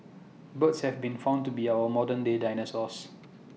birds have been found to be our modern day dinosaurs